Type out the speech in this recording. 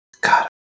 god